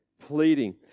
pleading